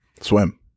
Swim